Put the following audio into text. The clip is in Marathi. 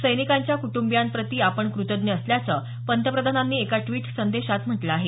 सैनिकांच्या कुटुंबियाप्रतीही आपण कृतज्ञ असल्याचं पंतप्रधानांनी एका ड्विट संदेशात म्हटल आहे